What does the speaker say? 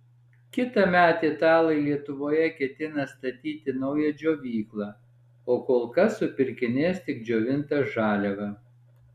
kitąmet italai lietuvoje ketina statyti naują džiovyklą o kol kas supirkinės tik džiovintą žaliavą